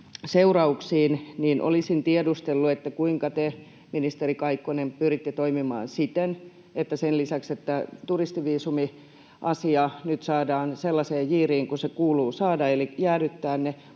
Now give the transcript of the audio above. seurauksiin, olisin tiedustellut, kuinka te, ministeri Kaikkonen, pyritte toimimaan siten, että turistiviisumiasia nyt saadaan sellaiseen jiiriin kuin se kuuluu saada, eli jäädyttää ne,